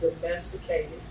domesticated